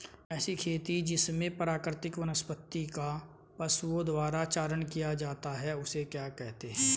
ऐसी खेती जिसमें प्राकृतिक वनस्पति का पशुओं द्वारा चारण किया जाता है उसे क्या कहते हैं?